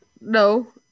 No